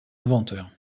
inventeur